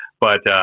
but,